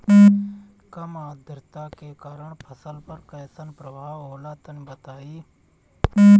कम आद्रता के कारण फसल पर कैसन प्रभाव होला तनी बताई?